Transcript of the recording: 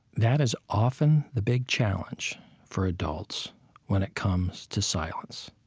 that is often the big challenge for adults when it comes to silence,